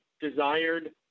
desired